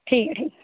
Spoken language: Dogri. ठीक ऐ ठीक